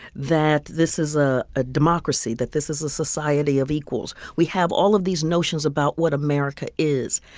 that this is a ah democracy, that this is a society of equals. we have all of these notions about what america is,